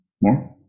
more